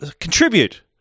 contribute